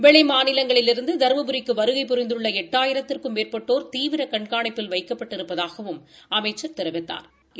வெளி மாநிலங்களிலிருந்து தருமபுரிக்கு வருகை புரிந்துள்ள எட்டாயிரத்துக்கும் மேற்பட்டோர் தீவிர கண்காணிப்பில் வைக்கப்பட்டிருப்பதாகவும் அமைச்சள் தெரிவித்தாா்